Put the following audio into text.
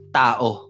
tao